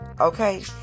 okay